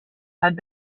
had